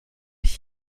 ich